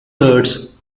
thirds